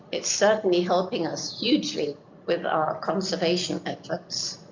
it's certainly helping us hugely with our conservation efforts.